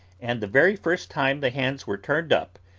and the very first time the hands were turned up,